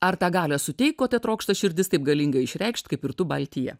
ar tą galią suteik ko taip trokšta širdis taip galingai išreikšt kaip ir tu baltija